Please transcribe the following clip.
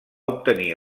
obtenir